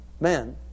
men